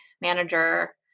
manager